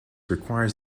requires